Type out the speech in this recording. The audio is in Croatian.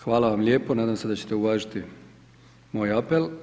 Hvala vam lijepo, nadam se da ćete uvažiti moj apel.